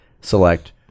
select